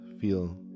feel